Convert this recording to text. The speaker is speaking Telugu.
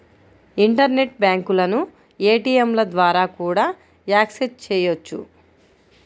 ఇంటర్నెట్ బ్యాంకులను ఏటీయంల ద్వారా కూడా యాక్సెస్ చెయ్యొచ్చు